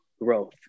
Growth